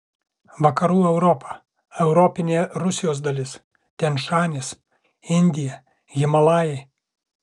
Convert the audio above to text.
vakarų europa europinė rusijos dalis tian šanis indija himalajai